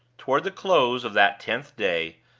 toward the close of that tenth day,